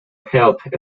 helped